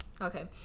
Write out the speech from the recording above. okay